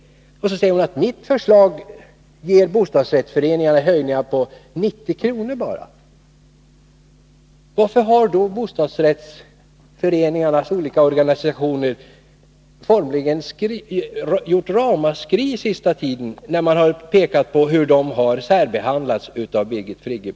Samtidigt säger hon att hennes förslag ger bostadsrättsföreningarna en höjning med bara 90 kr. Varför har då bostadsrättsföreningarnas olika organisationer formligen upphävt ramaskrin den sista tiden och pekat på hur de har särbehandlats av Birgit Friggebo.